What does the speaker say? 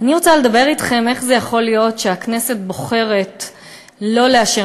אני רוצה לשאול אתכם איך זה יכול להיות שהכנסת בוחרת שלא לאשר,